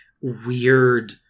weird